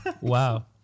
Wow